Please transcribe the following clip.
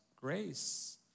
grace